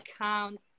account